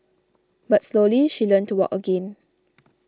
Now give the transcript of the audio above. but slowly she learnt to walk again